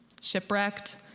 shipwrecked